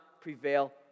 prevail